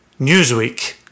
Newsweek